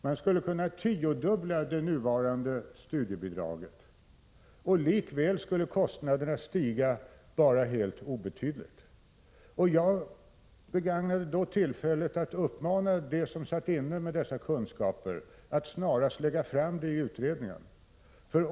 Man skulle kunna tiodubbla det nuvarande studiebidraget, och likväl skulle kostnaderna stiga bara helt obetydligt. Jag begagnade då tillfället att uppmana dem som satt inne med sådana här kunskaper att snarast lägga fram sitt förslag i utredningen.